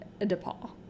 DePaul